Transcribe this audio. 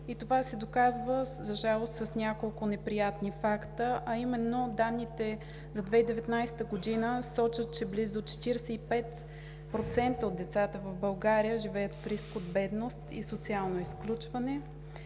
Това се доказва, за жалост, с няколко неприятни факта. А именно данните за 2019 г. сочат, че близо 45% от децата в България живеят в риск от бедност и социално изключване;